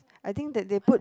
I think that they put